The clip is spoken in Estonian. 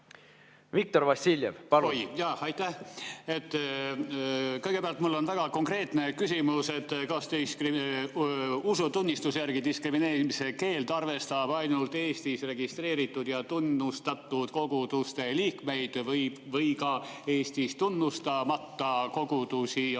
Viktor Vassiljev, palun! Aitäh! Kõigepealt on mul väga konkreetne küsimus. Kas usutunnistuse järgi diskrimineerimise keeld arvestab ainult Eestis registreeritud ja tunnustatud koguduste liikmeid või ka Eestis tunnustamata kogudusi ja